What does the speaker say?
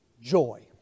joy